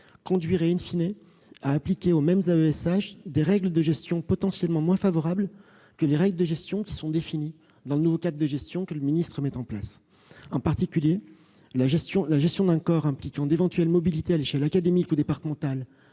conduirait,, à appliquer aux mêmes AESH des règles de gestion potentiellement moins favorables que les dispositions définies dans le nouveau cadre de gestion que le ministre de l'éducation nationale met en place. En particulier, la gestion d'un corps impliquant d'éventuelles mobilités à l'échelle académique ou départementale,